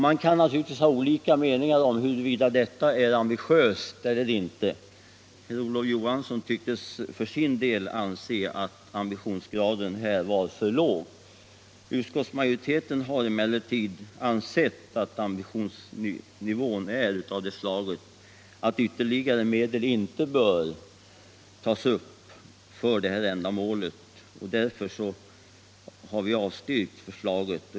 Man kan naturligtvis ha olika meningar om huruvida detta är ambitiöst eller inte. Olof Johansson i Stockholm tycktes för sin del anse att ambitionsgraden här var för låg. Utskottsmajoriteten har emellertid ansett att ambitionsnivån är av det slaget att ytterligare medel inte bör tas upp för detta ändamål, och alltså har vi avstyrkt förslaget.